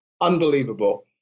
Unbelievable